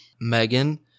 Megan